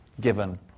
given